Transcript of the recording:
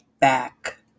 back